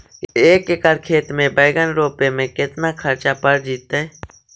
एक एकड़ खेत में बैंगन रोपे में केतना ख़र्चा पड़ जितै?